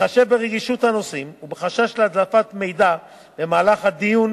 בהתחשב ברגישות הנושאים ובחשש להדלפת מידע במהלך הדיון